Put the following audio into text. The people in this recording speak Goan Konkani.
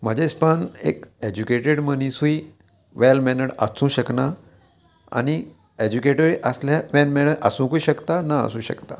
म्हाज्या हिशपान एक एज्युकेटेड मनीसूय वेल मॅनर्ड आसूं शकना आनी एज्युकेटूय आसल्यार वेल मॅनर्ड आसूंकूय शकता ना आसूं शकता